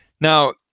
Now